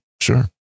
sure